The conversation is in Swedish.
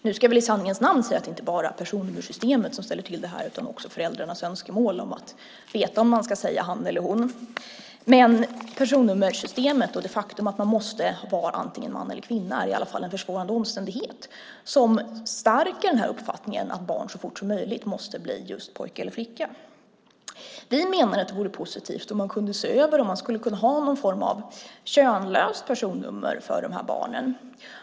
Nu ska väl i sanningens namn sägas att det inte bara är personnummersystemet som ställer till det här utan också föräldrarnas önskemål om att veta om man ska säga han eller hon. Men personnummersystemet och det faktum att man måste vara antingen man eller kvinna är i alla fall en försvårande omständighet som stärker uppfattningen att barn så fort som möjligt måste bli just pojke eller flicka. Vi menar att det vore positivt om man kunde se över om man skulle kunna ha någon form av könlöst personnummer för de här barnen.